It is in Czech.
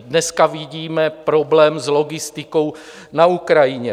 Dneska vidíme problém s logistikou na Ukrajině.